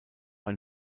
ein